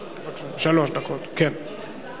בעד, ההצעה